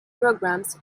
programs